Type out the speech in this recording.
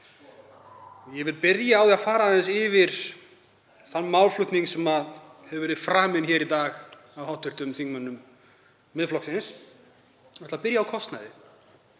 Ég vil byrja á því að fara aðeins yfir þann málflutning sem hefur verið framinn hér í dag af hv. þingmönnum Miðflokksins og ætla að byrja á kostnaði.